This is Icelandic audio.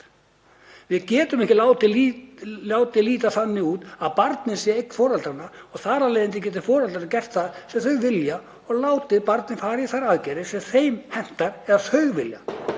Við getum ekki látið líta þannig út að barnið sé eign foreldranna og þar af leiðandi geti foreldrarnir gert það sem þau vilja og látið barnið fara í þær aðgerðir sem þeim hentar eða þau vilja.